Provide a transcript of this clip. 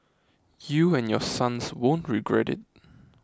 you and your sons won't regret it